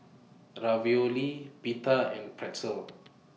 Ravioli Pita and Pretzel